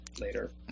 later